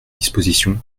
dispositions